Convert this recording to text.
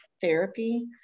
therapy